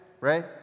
right